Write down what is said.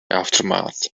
aftermath